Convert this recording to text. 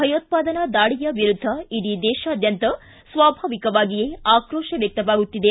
ಭಯೋತ್ವಾದನಾ ದಾಳಿಯ ವಿರುದ್ಧ ಇಡೀ ದೇಶಾದ್ಯಂತ ಸ್ವಾಭಾವಿಕವಾಗಿಯೇ ಆಕ್ರೋಶ ವ್ಯಕ್ತವಾಗುತ್ತಿದೆ